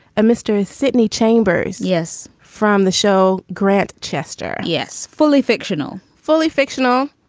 a mystery. sydney chambers. yes. from the show. grant. chester. yes. fully fictional. fully fictional.